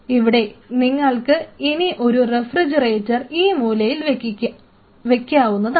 ഇവിടെ നിങ്ങൾക്ക് ഇനി ഒരു റഫ്രിജറേറ്റർ ഈ മൂലയിൽ വെക്കാവുന്നതാണ്